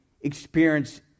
experience